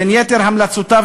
בין יתר המלצותיו,